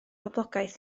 boblogaeth